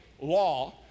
law